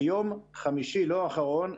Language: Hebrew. ביום חמישי לא האחרון,